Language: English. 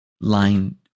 line